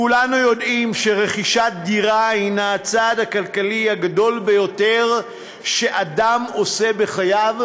כולנו יודעים שרכישת דירה היא הצעד הכלכלי הגדול ביותר שאדם עושה בחייו,